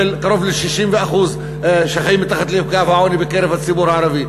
קרוב ל-60% שחיים מתחת לקו העוני בקרב הציבור הערבי.